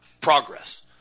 progress